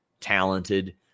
talented